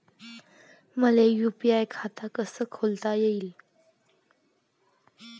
मले यू.पी.आय खातं कस खोलता येते?